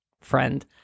friend